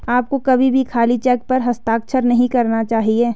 आपको कभी भी खाली चेक पर हस्ताक्षर नहीं करना चाहिए